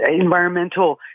environmental